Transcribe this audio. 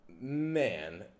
man